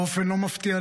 באופן לא מפתיע,